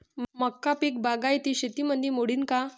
मका पीक बागायती शेतीमंदी मोडीन का?